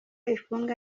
ifunga